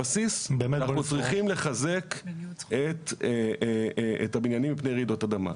הבסיס הוא שאנחנו צריכים לחזק את הבניינים מפני רעידות אדמה.